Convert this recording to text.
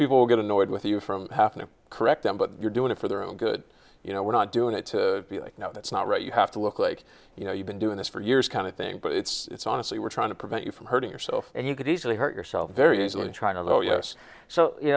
people get annoyed with you from having to correct them but you're doing it for their own good you know we're not doing it to be like no that's not right you have to look like you know you've been doing this for years kind of thing but it's honestly we're trying to prevent you from hurting yourself and you could easily hurt yourself very easily trying to go yes so you